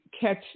catch